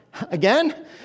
Again